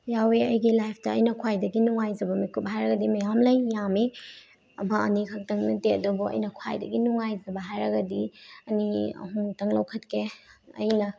ꯌꯥꯎꯑꯦ ꯑꯩꯒꯤ ꯂꯥꯏꯐꯇ ꯑꯩꯅ ꯈ꯭ꯋꯥꯏꯗꯒꯤ ꯅꯨꯡꯉꯥꯏꯖꯕ ꯃꯤꯀꯨꯞ ꯍꯥꯏꯔꯒꯗꯤ ꯃꯌꯥꯝ ꯂꯩ ꯌꯥꯝꯃꯤ ꯑꯃ ꯑꯅꯤꯈꯛꯇꯪ ꯅꯠꯇꯦ ꯑꯗꯨꯕꯨ ꯑꯩꯅ ꯈ꯭ꯋꯥꯏꯗꯒꯤ ꯅꯨꯡꯉꯥꯏꯖꯕ ꯍꯥꯏꯔꯒꯗꯤ ꯑꯅꯤ ꯑꯍꯨꯝꯇꯪ ꯂꯧꯈꯠꯀꯦ ꯑꯩꯅ